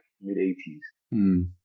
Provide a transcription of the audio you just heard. mid-80s